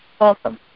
Awesome